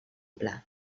pla